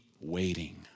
waiting